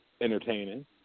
entertaining